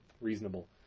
reasonable